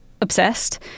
obsessed